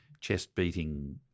chest-beating